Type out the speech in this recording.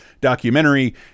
documentary